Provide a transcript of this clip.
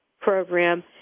program